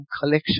collection